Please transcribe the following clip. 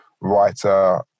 writer